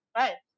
right